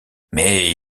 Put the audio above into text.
mais